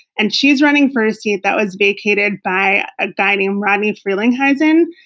and she's running for a seat that was vacated by a guy named rodney frelinghuysen.